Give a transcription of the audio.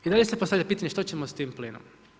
I dalje se postavlja pitanje što ćemo s tim plinom?